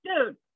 dude